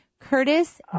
Curtis